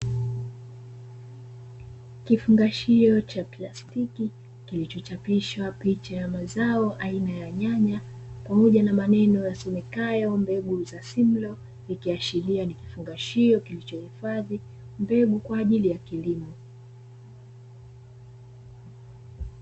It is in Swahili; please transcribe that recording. Kifungashio cha plastiki kilichochapishwa picha ya mazao aina ya nyanya kwa hoja na maneno ya semekayo mbegu za nyanya, ikiashiria ni kifungashio kilicho hifadhi mbegu kwa ajili ya mbegu.